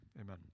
Amen